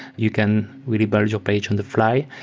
you can really build your page on the fly,